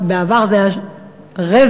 בעבר זה היה רבע,